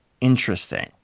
Interesting